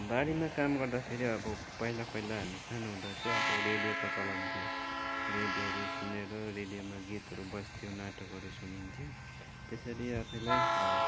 बारीमा काम गर्दाखेरि अब पहिला पहिला हामी सानो हुँदा चाहिँ अब रेडियोको चलन थियो रेडियोहरू सुनेर रेडियोमा गीतहरू बज्थ्यो नाटकहरू सुनिन्थ्यो त्यसरी आफैलाई